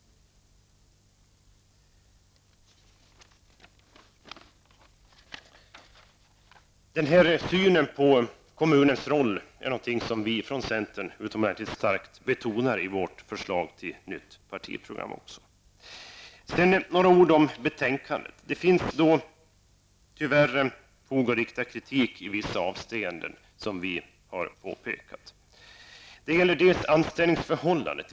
Den här synen på kommunens roll betonar vi från centern utomordentligt starkt i vårt förslag till nytt partiprogram. Jag skall även säga några ord om betänkandet. Det finns tyvärr fog för riktad kritik i vissa avseenden, som vi har påpekat. Det gäller t.ex. anställningsförhållandet.